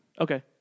Okay